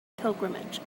pilgrimage